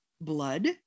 blood